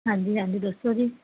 ਹਾਂਜੀ ਹਾਂਜੀ ਦੱਸੋ ਜੀ